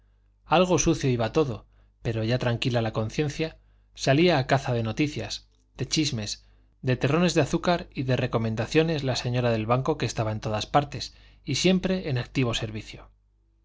algo sucio iba todo pero ya tranquila la conciencia salía a caza de noticias de chismes de terrones de azúcar y de recomendaciones la señora del banco que estaba en todas partes y siempre en activo servicio